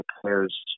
players